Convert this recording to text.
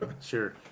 Sure